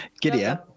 Gideon